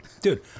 Dude